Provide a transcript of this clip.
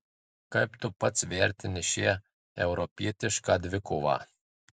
kaip tu pats vertini šią europietišką dvikovą